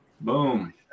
Boom